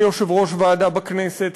כיושב-ראש ועדה בכנסת,